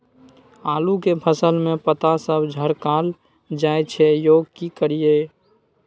आलू के फसल में पता सब झरकल जाय छै यो की करियैई?